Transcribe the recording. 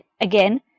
Again